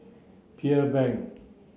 Pearl Bank